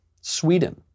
Sweden